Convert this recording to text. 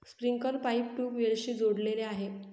sprinkler pipe ट्यूबवेल्सशी जोडलेले आहे